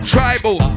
Tribal